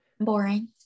Boring